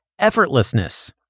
effortlessness